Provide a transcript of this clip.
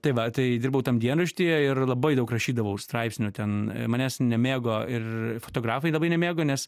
tai va tai dirbau tam dienraštyje ir labai daug rašydavau straipsnių ten manęs nemėgo ir fotografai labai nemėgo nes